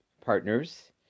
partners